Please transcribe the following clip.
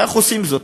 איך עושים זאת?